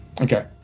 Okay